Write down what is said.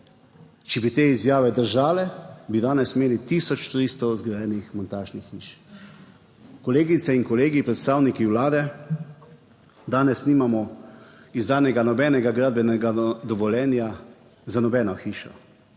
Če bi te izjave držale, bi danes imeli 1300 zgrajenih montažnih hiš. Kolegice in kolegi, predstavniki Vlade, danes nimamo izdanega nobenega gradbenega dovoljenja za nobeno hišo.